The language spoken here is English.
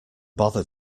bother